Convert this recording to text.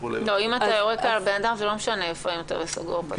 אם אתה יורק על בן אדם זה לא משנה אם סגור או פתוח.